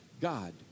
God